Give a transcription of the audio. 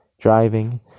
Driving